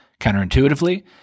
Counterintuitively